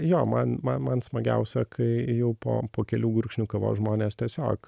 jo man ma man smagiausia kai jau po po kelių gurkšnių kavos žmonės tiesiog